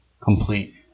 complete